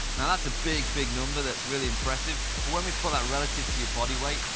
now that's a big, big number, that's really impressive, but when we put that relative to your bodyweight,